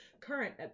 current